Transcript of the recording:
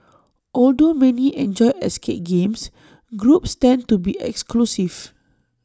although many enjoy escape games groups tend to be exclusive